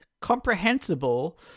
comprehensible